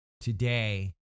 Today